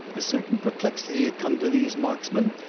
a certain perplexity had come to these marksmen,